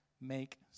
make